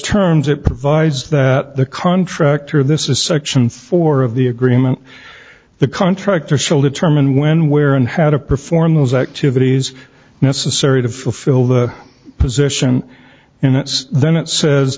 terms it provides that the contractor this is section four of the agreement the contractor shall determine when where and how to perform those activities necessary to fulfill that position and then it says